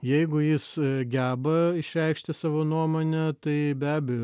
jeigu jis geba išreikšti savo nuomonę tai be abejo